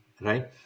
Right